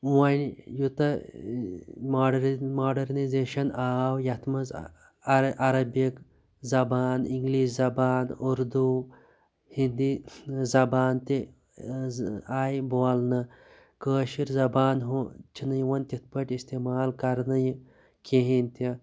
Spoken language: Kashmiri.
وۄنۍ یوتاہ ماڈٲرن ماڈٔرنیزیشَن آو یِتھ منٛز عَرَبِک زَبان اِنگلِش زَبان اُردو ہِنٛدی زَبان تہِ آیہِ بولنہٕ کٲشِر زَبان ہُنٛد چھِنہِ یِوان تِتھ پٲٹھۍ اِستعمال کَرنہِ کہینۍ تہِ